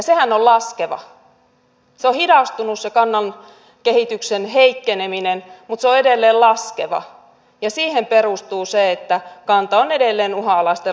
se on hidastunut se kannan kehityksen heikkeneminen mutta se on edelleen laskeva ja siihen perustuu se että kanta on edelleen uhanalaisten lajien listalla